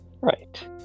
Right